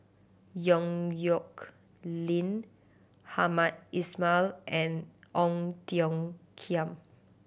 Yong Nyuk Lin Hamed Ismail and Ong Tiong Khiam